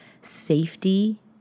safety